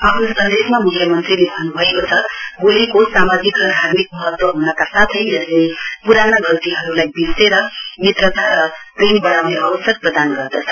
आफ्नो सन्देशमा मख्यमन्त्रीले भन्नुभएको छ होलीको सामाजिक र धार्मिक महत्व ह्नका साथै यसले प्राना गल्तीहरुलाई विर्सेर मित्रता र प्रेम वढ़ाउने अवसर प्रदान गर्दछ